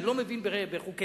לא מבין בחוקי-יסוד,